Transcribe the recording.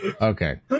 Okay